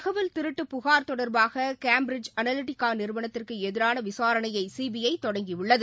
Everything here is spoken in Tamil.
தகவல் திருட்டு புகார் தொடர்பாககேம்பிரிட்ஷ் அனலிட்டிகாநிறுவனத்துக்குஎதிரானவிசாரணையைசிபிஐதொடங்கியுள்ளது